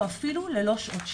או אפילו ללא שעות שינה.